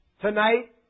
tonight